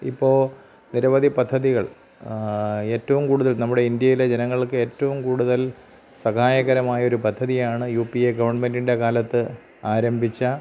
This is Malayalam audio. ഇപ്പോൾ നിരവധി പദ്ധതികൾ ഏറ്റവും കൂടുതൽ നമ്മുടെ ഇന്ത്യയിലെ ജനങ്ങൾക്ക് ഏറ്റവും കൂടുതൽ സഹായകരമായൊരു പദ്ധതിയാണ് യു പി എ ഗവൺമെൻറ്റിൻ്റെ കാലത്ത് ആരംഭിച്ച